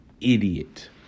idiot